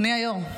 אדוני היו"ר,